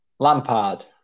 Lampard